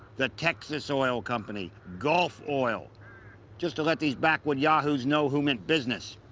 the texas oil company, gulf oil just to let these backward yahoos know who meant business.